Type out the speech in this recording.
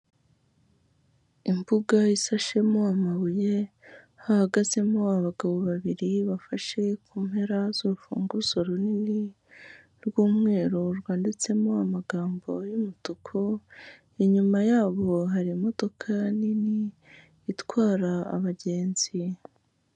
Imbuga isashemo amabuye hahagazemo abagabo babiri bafashe ku mpera z'urufunguzo runini, rw'umweru rwanditsemo amagambo y'umutuku, inyuma yabo hari imodoka nini itwara abagenzi.